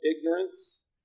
ignorance